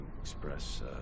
express